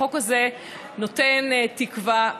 החוק הזה נותן תקווה.